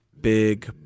big